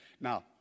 Now